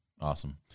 awesome